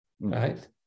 right